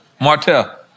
Martell